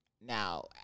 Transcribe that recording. now